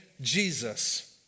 Jesus